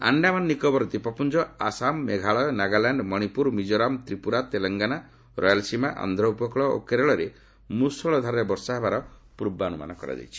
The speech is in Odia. ଆଣ୍ଡାମାନ ନିକୋବର ଦ୍ୱୀପପୁଞ୍ଜ ଆସାମ ମେଘାଳୟ ନାଗାଲ୍ୟାଣ୍ଡ ମଣିପୁର ମିଚ୍ଚୋରାମ୍ ତ୍ରିପୁରା ତେଲଙ୍ଗାନା ରୟାଲ୍ ସୀମା ଆନ୍ଧ୍ର ଉପକୂଳ ଓ କେରଳରେ ମୁଷଳ ଧାରାରେ ବର୍ଷା ହେବାର ପୂର୍ବାନୁମାନ କରାଯାଇଛି